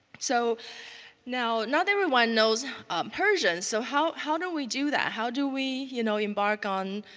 so now not everyone knows persian, so how how do we do that? how do we, you know, embark on